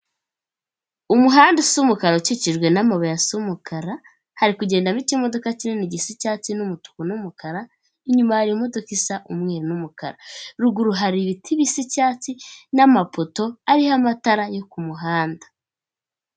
Umuhanda usa umukara ukikijwe n'amabuye asa umukara, hari kugendamo ikimodoka kinini gisa icyatsi n'umutuku, n'umukara, inyuma hari imodoka isa umwe n'umukara, ruguru hari ibiti bisa icyatsi n'amapoto ariho amatara yo ku muhanda.